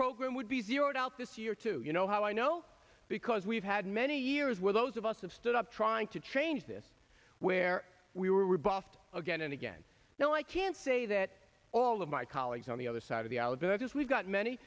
program would be zeroed out this year to you know how i know because we've had many years where those of us have stood up trying to change this where we were rebuffed again and again now i can say that all of my colleagues on the other side of the aisle because we've got many